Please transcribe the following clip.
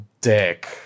dick